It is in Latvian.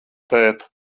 tēt